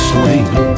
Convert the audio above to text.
Swing